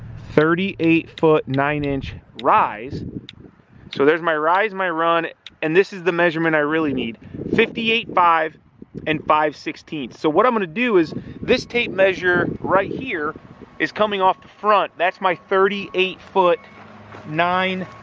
thirty eight foot nine inch rise so there's my rise my run and this is the measurement i really need fifty eight five and five sixteen so what i'm gonna do is this tape measure right here is coming off the front that's my thirty eight foot nine